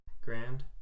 grand